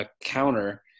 counter